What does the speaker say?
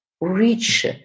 reach